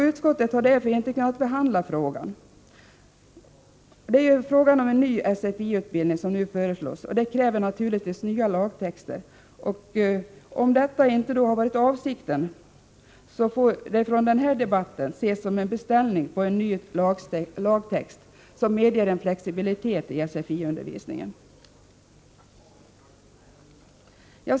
Utskottet har därför inte kunnat behandla den frågan. Det är en ny SFI-utbildning som nu föreslås, och det kräver naturligtvis en ny lagtext. Den här debatten får kanske därför ses som en beställning på en ny lagtext som medger flexibilitet i SFI undervisningen.